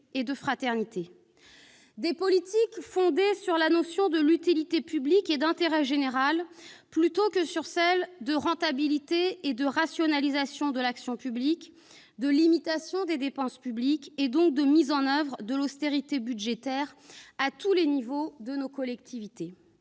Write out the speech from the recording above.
et de fraternité, des politiques fondées sur la notion d'utilité publique et d'intérêt général plutôt que sur celles de rentabilité et de rationalisation de l'action publique, de limitation des dépenses publiques et, donc, de mise en oeuvre de l'austérité budgétaire à tous les niveaux de nos collectivités.